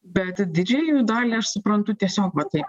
bet didžiąją jų dalį aš suprantu tiesiog va taip